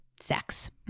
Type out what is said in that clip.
Sex